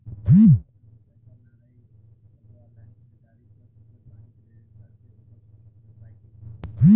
खाता में पैसा ना रही तबों ऑनलाइन ख़रीदारी कर सकत बानी क्रेडिट कार्ड से ओकर भरपाई कइसे होई?